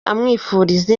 amwifuriza